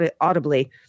audibly